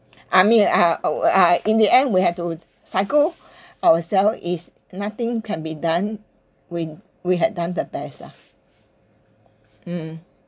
I mean uh uh uh in the end we have to psycho ourselves it's nothing can be done we we had done the best lah mm